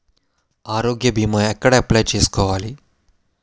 ఆరోగ్య భీమా ఎక్కడ అప్లయ్ చేసుకోవాలి?